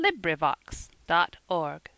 LibriVox.org